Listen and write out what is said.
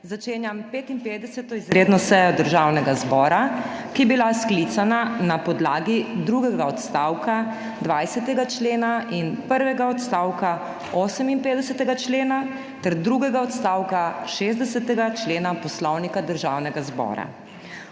Začenjam 55. izredno sejo Državnega zbora, ki je bila sklicana na podlagi drugega odstavka 20. člena in prvega odstavka 58. člena ter drugega odstavka 60. člena Poslovnika Državnega zbora.